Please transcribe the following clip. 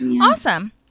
Awesome